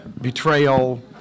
betrayal